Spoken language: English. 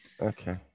Okay